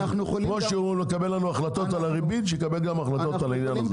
כמו שהוא מקבל החלטות על הריבית שיקבל גם החלטות על העניין הזה.